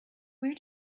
where